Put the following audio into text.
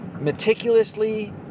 meticulously